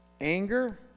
anger